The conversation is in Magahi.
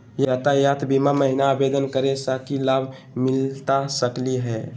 यातायात बीमा महिना आवेदन करै स की लाभ मिलता सकली हे?